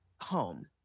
home